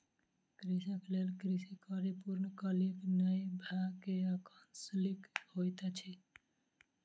कृषक लेल कृषि कार्य पूर्णकालीक नै भअ के अंशकालिक होइत अछि